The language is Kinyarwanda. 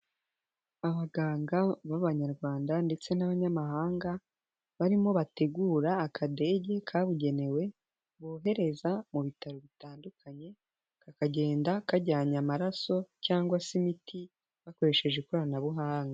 Abaganga b'abanyarwanda ndetse n'abanyamahanga, barimo bategura akadege kabugenewe, bohereza mu bitaro bitandukanye, kakagenda kajyanye amaraso cyangwa se imiti, bakoresheje ikoranabuhanga.